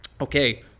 okay